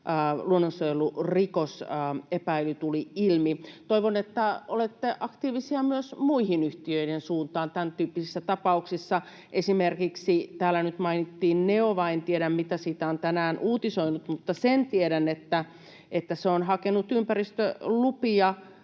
luonnonsuojelurikosepäily tuli ilmi. Toivon, että olette aktiivisia myös muiden yhtiöiden suuntaan tämäntyyppisissä tapauksissa. Esimerkkinä täällä nyt mainittiin Neova. En tiedä, mitä siitä on tänään uutisoitu, mutta sen tiedän, että se on hakenut ympäristölupia